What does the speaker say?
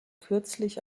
kürzlich